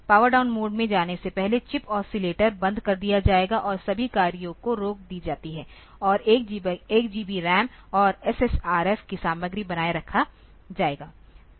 power down mode में जाने से पहले चिप ओसिलेटर बंद कर दिया जाएगा और सभी कार्यों को रोक दी जाती है और 1 GB रैम और SSRF की सामग्री बनाए रखा जाएगा